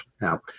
Now